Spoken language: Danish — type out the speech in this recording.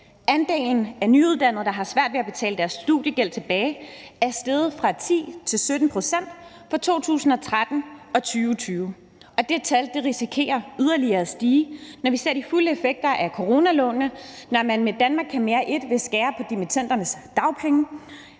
Andelen af nyuddannede, der har svært ved at betale deres studiegæld tilbage, er steget fra 10 pct. til 17 pct. fra 2013 til 2020, og det tal risikerer at stige yderligere, når vi ser de fulde effekter af coronalånene, når man med »Danmark kan mere I« vil skære på dimittendernes dagpenge,